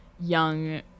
young